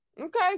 okay